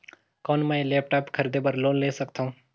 कौन मैं लेपटॉप खरीदे बर लोन ले सकथव?